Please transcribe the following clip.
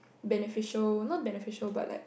beneficial not beneficial but like